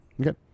Okay